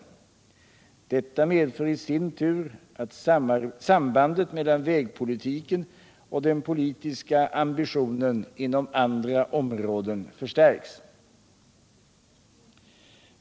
Detta medför i sin tur att sambandet mellan vägpolitiken och den politiska ambitionen inom andra områden förstärks.